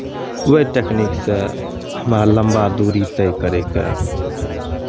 ओहि टेकनीकसँ हमरा लम्बा दूरी तय करयके